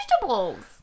vegetables